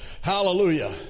Hallelujah